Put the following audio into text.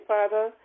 Father